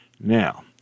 Now